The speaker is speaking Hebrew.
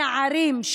הנערים,